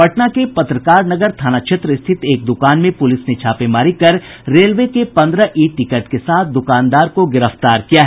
पटना के पत्रकार नगर थाना क्षेत्र स्थित एक दुकान में पुलिस ने छापेमारी कर रेलवे के पंद्रह ई टिकट के साथ दुकानदार को गिरफ्तार कर लिया है